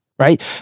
right